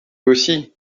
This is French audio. aussi